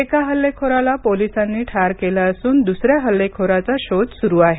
एका हल्लेखोराला पोलिसांनी ठार केलं असून दुसऱ्या हल्लेखोराचा शोध सुरू आहे